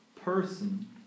person